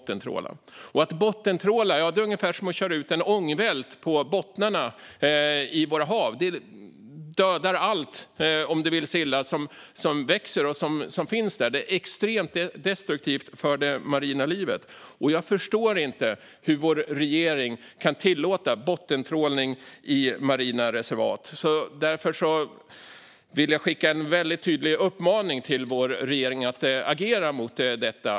Att bottentråla är ungefär som att köra ut en ångvält på bottnarna i våra hav. Det dödar allt som växer och finns där om det vill sig illa. Det är extremt destruktivt för det marina livet. Jag förstår inte hur vår regering kan tillåta bottentrålning i våra marina reservat. Därför vill jag skicka en tydlig uppmaning till vår regering att agera mot detta.